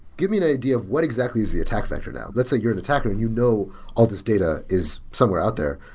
give me an idea of what exactly is the attack vector now. let's say you're an attacker and you know all these data is somewhere out there.